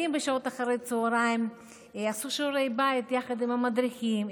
בשעות אחר הצוהריים ילדים עשו שיעורי בית יחד עם המדריכים,